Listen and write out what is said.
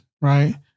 Right